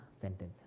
sentence